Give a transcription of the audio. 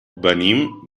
venim